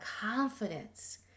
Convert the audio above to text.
confidence